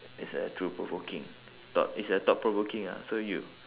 it's a truth provoking thought it's a thought provoking ah so you